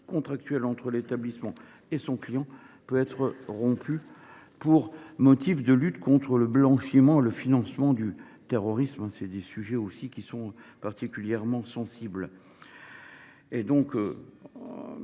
contractuelle entre l’établissement et son client peut être rompue au nom de la lutte contre le blanchiment et le financement du terrorisme – il s’agit, bien sûr, de sujets particulièrement sensibles.